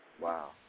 Wow